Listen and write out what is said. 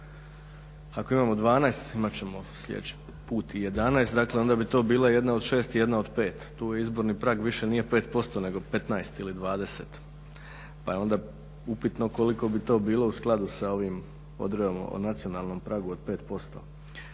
ako imamo 13 imat ćemo sljedeći put i 11, dakle onda bi to bila i jedna od 6 i jedna od 5. Tu izborni prag više nije 5%, nego 15 ili 20, pa je onda upitno koliko bi to bilo u skladu sa ovim odredbama o nacionalnom pragu od 5%.